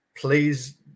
please